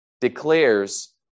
declares